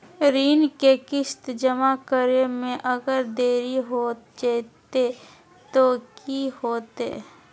ऋण के किस्त जमा करे में अगर देरी हो जैतै तो कि होतैय?